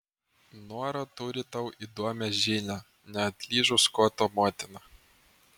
nora turi tau įdomią žinią neatlyžo skoto motina